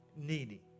needy